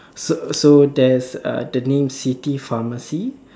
so so there's uh the name city pharmacy